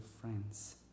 friends